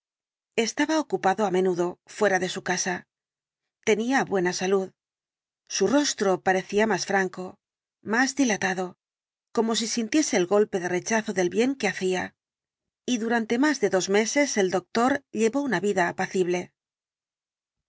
estaba ocupado á menudo fuera de su casa tenía buena salud su rostro parecía más franco más dilatado como si sintiese el golpe de rechazo del bien que hacía y durante más de dos meses el doctor llevó una vida apacible